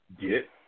get